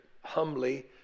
humbly